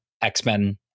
X-Men